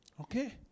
Okay